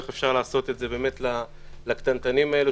איך אפשר לעשות את זה באמת לקטנטנים האלה,